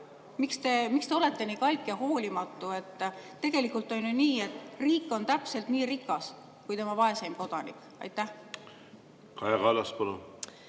Miks te olete nii kalk ja hoolimatu? Tegelikult on ju nii, et riik on täpselt nii rikas kui tema vaeseim kodanik. Kaja Kallas, palun!